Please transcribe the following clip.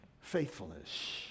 faithfulness